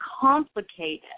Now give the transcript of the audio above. complicated